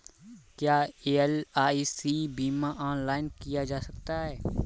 क्या एल.आई.सी बीमा ऑनलाइन किया जा सकता है?